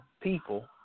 people